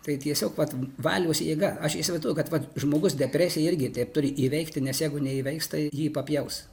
tai tiesiog vat valios jėga aš įsivaizduoju kad vat žmogus depresiją irgi taip turi įveikti nes jeigu neįvyks tai jį papjaus